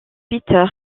peter